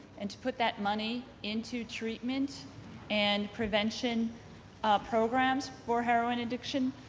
and to put that money into treatment and prevention programs for heroin addiction,